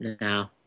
No